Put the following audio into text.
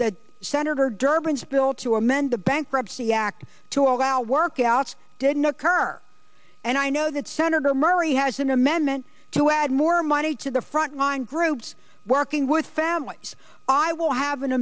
that senator durbin's bill to amend the bankruptcy act to allow workout didn't occur and i know that senator murray has an amendment to add more money to the front line groups working with families i will